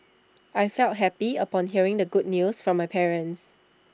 I felt happy upon hearing the good news from my parents